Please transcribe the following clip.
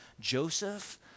Joseph